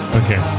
okay